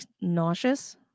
nauseous